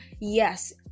yes